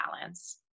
balance